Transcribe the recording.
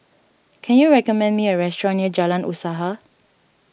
can you recommend me a restaurant near Jalan Usaha